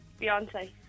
Beyonce